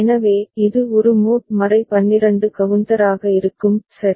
எனவே இது ஒரு மோட் 12 கவுண்டராக இருக்கும் சரி